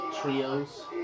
trios